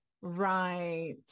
Right